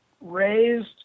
raised